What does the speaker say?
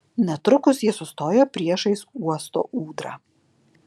netrukus jie sustojo priešais uosto ūdrą